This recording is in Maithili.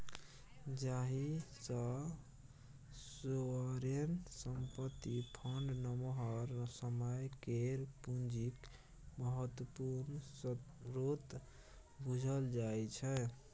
जाहि सँ सोवरेन संपत्ति फंड नमहर समय केर पुंजीक महत्वपूर्ण स्रोत बुझल जाइ छै